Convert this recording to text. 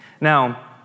Now